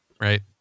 Right